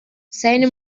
seine